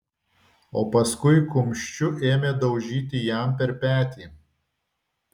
o paskui kumščiu ėmė daužyti jam per petį